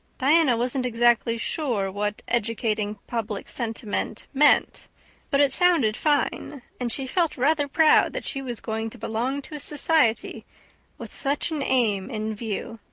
diana wasn't exactly sure what educating public sentiment meant but it sounded fine and she felt rather proud that she was going to belong to a society with such an aim in view.